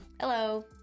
Hello